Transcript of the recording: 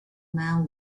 man